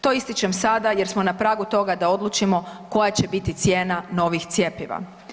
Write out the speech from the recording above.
To ističem sada jer smo na pragu toga da odlučimo koja će biti cijena novih cjepiva.